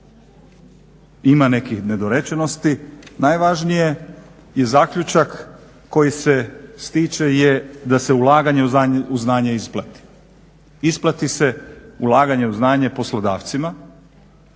ima nekih nedorečenosti. Najvažnije je zaključak koji se stiče je da se ulaganje u znanje isplati. Isplati se ulaganje u znanje poslodavcima,